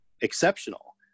exceptional